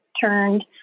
turned